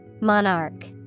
Monarch